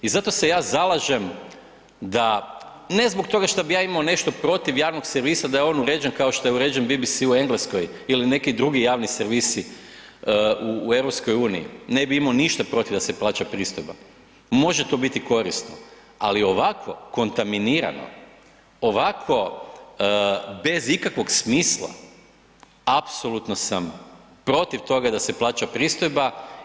I zato se ja zalažem da ne zbog toga što bi ja imao nešto protiv javnog servisa da je on uređen kao što je uređen BBC u Engleskoj ili neki drugi javni servisi u EU, ne bi imao ništa protiv da se plaća pristojba, može to biti korisno, ali ovako kontaminirano, ovako bez ikakvog smisla, apsolutno sam protiv toga da se plaća pristojba.